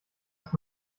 ist